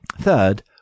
Third